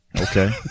okay